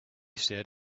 said